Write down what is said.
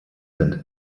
sind